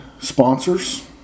sponsors